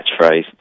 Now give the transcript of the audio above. catchphrase